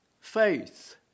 faith